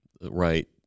right